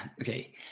okay